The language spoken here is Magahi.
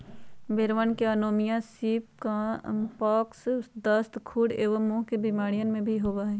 भेंड़वन के निमोनिया, सीप पॉक्स, दस्त, खुर एवं मुँह के बेमारियन भी होबा हई